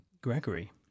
Gregory